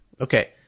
Okay